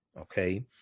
Okay